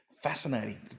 Fascinating